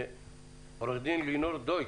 עו"ד לינור דויטש,